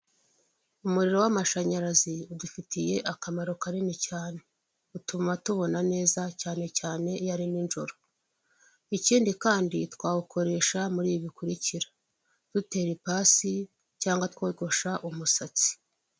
Abantu bari mu ihema bicaye bari mu nama, na none hari abandi bahagaze iruhande rw'ihema bari kumwe n'abashinzwe umutekano mo hagati hari umugabo uri kuvuga ijambo ufite mikoro mu ntoki.